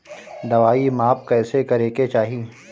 दवाई माप कैसे करेके चाही?